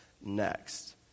next